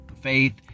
faith